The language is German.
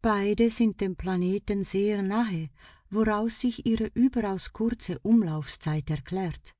beide sind dem planeten sehr nahe woraus sich ihre überaus kurze umlaufszeit erklärt